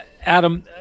Adam